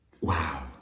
Wow